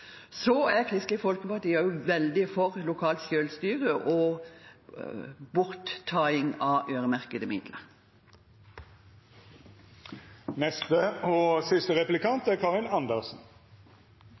Så er Kristelig Folkeparti også veldig for lokalt selvstyre og borttaing av øremerkede midler.